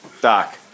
Doc